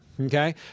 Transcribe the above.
Okay